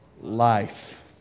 life